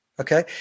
Okay